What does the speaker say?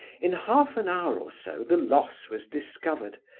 in half an hour or so the loss was discovered,